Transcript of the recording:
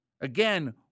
Again